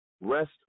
rest